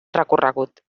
recorregut